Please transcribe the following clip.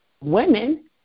women